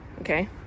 okay